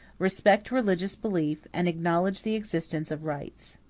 respect religious belief, and acknowledge the existence of rights.